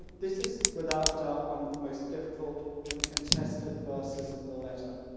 this is without doubt one of the most difficult and contested verses in the letter.